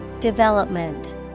Development